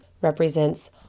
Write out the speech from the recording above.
represents